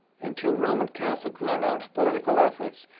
and till roman catholics renounce political efforts,